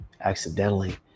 accidentally